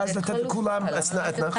ואז לתת לכולם אתנחתא.